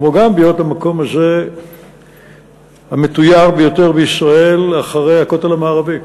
כמו גם בהיות המקום הזה המתויר ביותר בישראל אחרי הכותל המערבי.